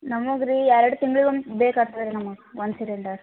ನಮಗೆ ರೀ ಎರಡು ತಿಂಗ್ಳು ಒನ್ ಬೇಕಾಗ್ತದ್ ರೀ ನಮಗೆ ಒಂದು ಸಿಲಿಂಡರ್